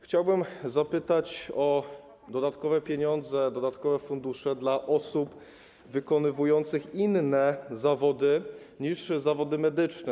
Chciałbym zapytać o dodatkowe pieniądze, dodatkowe fundusze dla osób wykonujących inne zawody niż zawody medyczne.